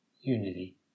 unity